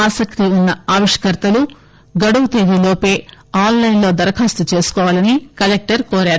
ఆసక్తి ఉన్స ఆవిష్కర్తలు గడువు తేదీ లోప ఆన్లెన్ దరఖాస్తు చేసుకోవాలని కలెక్టర్ కోరారు